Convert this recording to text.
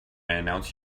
announce